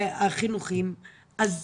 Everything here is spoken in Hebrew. אנחנו